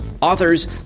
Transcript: Authors